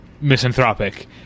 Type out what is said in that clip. misanthropic